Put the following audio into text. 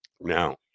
Now